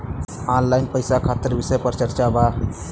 Online पैसा खातिर विषय पर चर्चा वा?